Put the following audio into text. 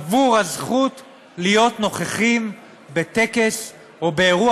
עבור הזכות להיות נוכחים בטקס או באירוע